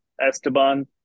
Esteban